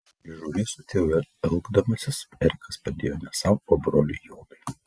įžūliai su tėvu elgdamasis erikas padėjo ne sau o broliui jonui